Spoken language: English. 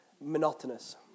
monotonous